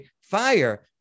fire